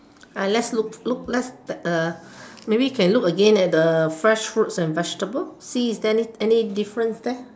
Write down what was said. uh let's look look let's uh maybe we can look again at the fresh fruits and vegetable see is there any any difference there